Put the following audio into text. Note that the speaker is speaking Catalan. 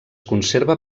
conserva